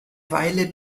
weile